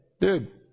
Dude